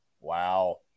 Wow